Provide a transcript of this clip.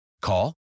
Call